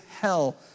hell